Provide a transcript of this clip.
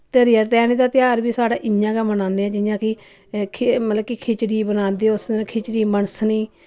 दा तेहार बी साढ़े इ'यां गै मनान्ने जि'यां कि एह् खी मतलब कि खिचड़ी बनांदे उसदिन खिचड़ी मनसनी